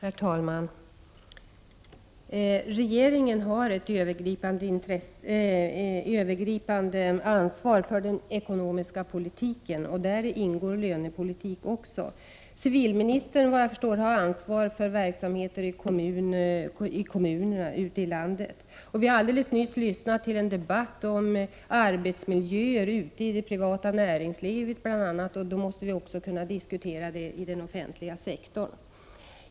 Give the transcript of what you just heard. Herr talman! Regeringen har ett övergripande ansvar för den ekonomiska politiken, och där ingår också lönepolitiken. Civilministern har, vad jag förstår, ansvar för verksamhet i kommunerna ute landet. Vi har alldeles nyss lyssnat till en debatt om arbetsmiljön ute i det privata näringslivet, och då måste vi också kunna diskutera arbetsmiljön i den offentliga sektorn.